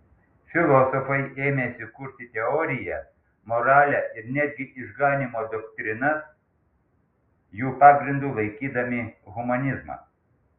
filosofai ėmėsi kurti teoriją moralę ir netgi išganymo doktrinas jų pagrindu laikydami humanizmą